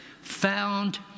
found